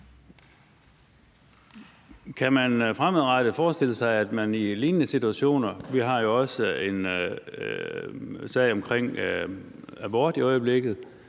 Kan man fremadrettet forestille sig, at man i lignende situationer – vi har jo også en sag om abort i øjeblikket –